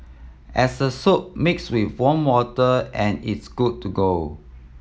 as a soap mix with warm water and it's good to go